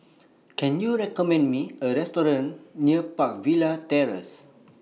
Can YOU recommend Me A Restaurant near Park Villas Terrace